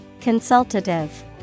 Consultative